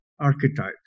archetypes